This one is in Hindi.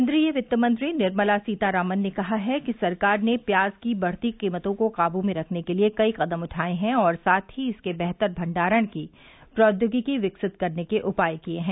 केन्द्रीय वित्तमंत्री निर्मला सीतारमन ने कहा है कि सरकार ने प्याज की बढ़ती कीमतों को काबू में रखने के लिए कई कदम उठाए है और साथ ही इसके बेहतर भंडारण की प्रौद्योगिकी विकसित करने के उपाय किए हैं